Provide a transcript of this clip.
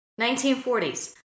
1940s